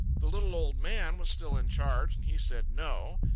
the little old man was still in charge, and he said no.